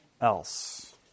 else